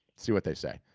see what they say.